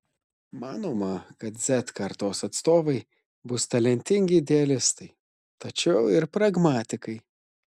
manoma kad z kartos atstovai bus talentingi idealistai tačiau ir pragmatikai